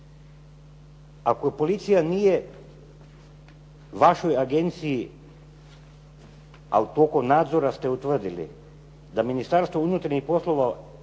Ako policija nije vašoj agencija, a u toku nadzora ste utvrdili da Ministarstvo unutarnjih poslova